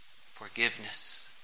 forgiveness